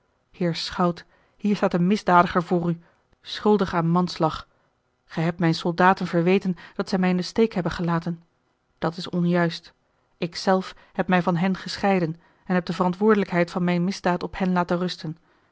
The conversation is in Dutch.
heer schout hier staat een misdadiger voor u schuldig aan manslag gij hebt mijne soldaten verweten dat zij mij in den steek hebben gelaten dat is onjuist ik zelf heb mij van hen gescheiden en heb de verantwoordelijkheid van mijne misdaad op hen laten rusten